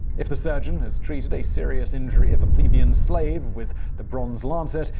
if the surgeon has treated a serious injury of a plebeian's slave, with the bronze lancet,